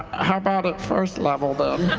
how about at first level, then?